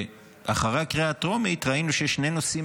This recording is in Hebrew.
ואחרי הקריאה הטרומית ראינו שיש שני נושאים